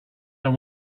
know